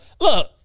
Look